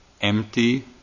empty